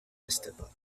festival